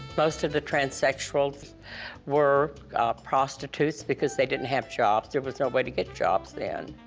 most of the transsexuals were prostitutes because they didn't have jobs. there was no way to get jobs then.